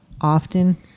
often